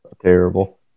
Terrible